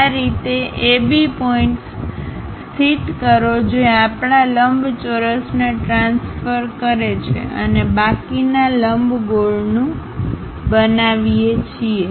આ રીતે AB points સ્થિત કરો જે આપણા લંબચોરસને ટ્રાન્સફર કરે છે અને બાકીના લંબગોળનું બનાવીએ છીએ